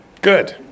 Good